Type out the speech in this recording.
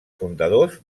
fundadors